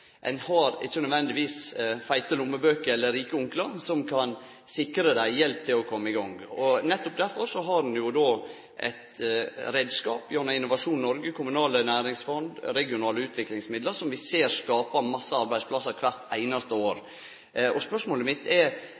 Ein har ikkje nødvendigvis feite lommebøker eller rike onklar som kan sikre dei hjelp til å komme i gang. Nettopp derfor har ein reiskapar som Innovasjon Norge, kommunale næringsfond og regionale utviklingsmidlar, som vi ser skaper mange arbeidsplassar kvart einaste år. Spørsmålet mitt er: